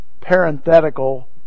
parenthetical